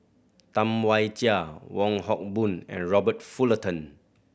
Tam Wai Jia Wong Hock Boon and Robert Fullerton